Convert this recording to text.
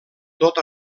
tot